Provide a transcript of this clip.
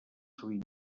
sovint